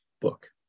book